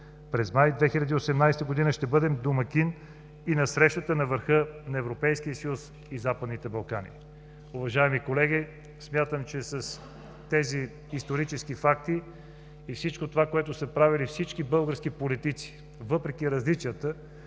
През май 2018 г. ще бъдем домакин и на срещата на върха на Европейския съюз и Западните Балкани. Уважаеми колеги, смятам, че с тези исторически факти, и всичко това, което са правили всички български политици, въпреки различията,